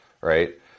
right